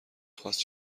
خواست